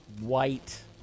white